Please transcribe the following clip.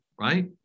right